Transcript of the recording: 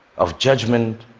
of judgment,